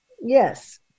yes